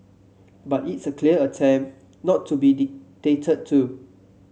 but it's a clear attempt not to be dictated to